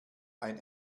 ein